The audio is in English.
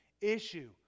issue